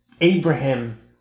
Abraham